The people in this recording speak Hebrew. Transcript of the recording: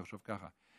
תחשוב ככה.